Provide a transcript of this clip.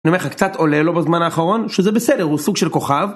אני אומר לך קצת עולה לו בזמן האחרון שזה בסדר הוא סוג של כוכב